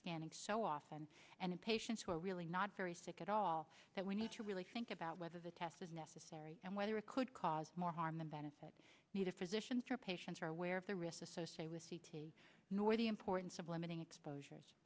scanning so often and in patients who are really not very sick at all that we need to really think about whether the test is necessary and whether it could cause more harm than benefit me to physicians or patients are aware of the risks associated with c t nor the importance of limiting exposures